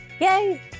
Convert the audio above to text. Yay